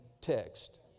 text